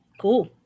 Cool